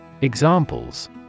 Examples